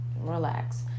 relax